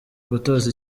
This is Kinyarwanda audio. gutoza